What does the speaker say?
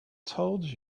told